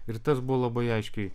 ir tas buvo labai aiškiai